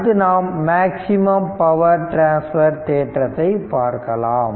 அடுத்து நாம் maximum power transfer தேற்றத்தை பார்க்கலாம்